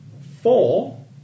four